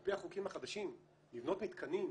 על פי החוקים החדשים לבנות מתקנים,